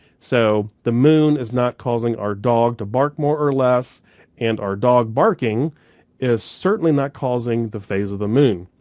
so the moon is not causing our dog to bark more or less and our dog barking is certainly not causing the phase of the moon.